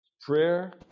prayer